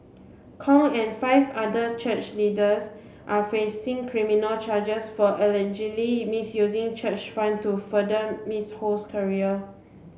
Kong and five other church leaders are facing criminal charges for allegedly misusing church fund to further Miss Ho's career